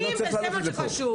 אנחנו מסכימים וזה מה שחשוב.